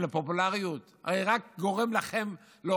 זה גורם לכם לפופולריות?